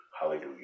Hallelujah